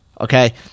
okay